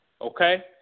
okay